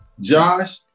Josh